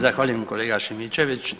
Zahvaljujem kolega Šimičević.